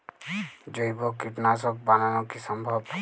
জৈব কীটনাশক বানানো কি সম্ভব?